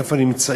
איפה הם נמצאים,